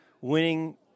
winning